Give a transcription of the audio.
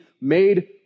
made